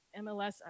MLS